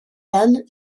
ben